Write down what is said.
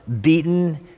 beaten